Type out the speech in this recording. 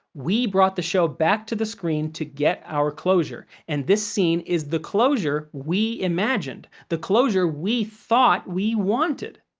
we brought the show back to the screen to get our closure, and this scene is the closure we imagined, the closure we thought we wanted.